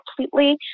completely